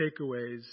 takeaways